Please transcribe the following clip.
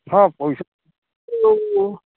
ହଁ ପଇସା ଆଉ